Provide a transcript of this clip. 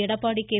Edappadi K